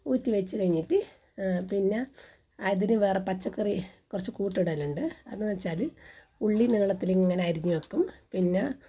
ഊറ്റി വെച്ച് കഴിഞ്ഞിട്ട് പിന്നെ അതിനു വേറെ പച്ചക്കറി കുറച്ച് കൂട്ടിടാനുണ്ട് അത് എന്നു വെച്ചാൽ ഉള്ളി നീളത്തിലിങ്ങനെ അറിഞ്ഞ് വെക്കും പിന്നെ